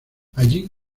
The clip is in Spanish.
allí